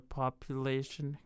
population